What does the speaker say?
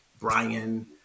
Brian